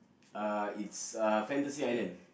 uh it's uh Fantasy-Island